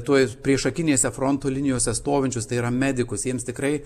tuos priešakinėse fronto linijose stovinčius tai yra medikus jiems tikrai